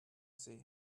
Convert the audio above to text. see